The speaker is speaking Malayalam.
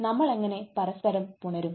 നമ്മൾ എങ്ങനെ പരസ്പരം പുണരും